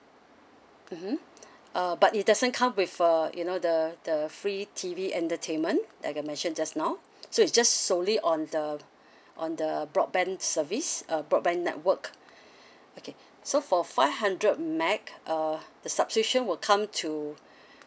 mm uh but it doesn't come with a you know the the free T_V entertainment like I mentioned just now so it's just solely on the on the broadband service uh broadband network okay so for five hundred M_B_P_S uh the subscription will come to